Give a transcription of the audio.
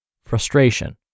frustration